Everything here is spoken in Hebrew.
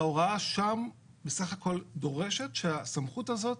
ההוראה שם בסך הכול דורשת שהסמכות הזאת